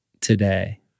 today